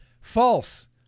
False